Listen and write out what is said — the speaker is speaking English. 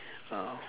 uh